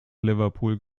liverpool